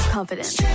Confidence